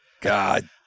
God